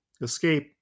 escape